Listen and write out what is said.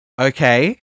Okay